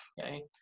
Okay